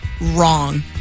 wrong